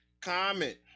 comment